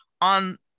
on